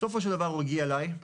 בסופו של דבר, הוא הגיע אליי.